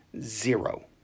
zero